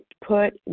put